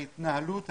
ההתנהלות,